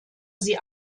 sie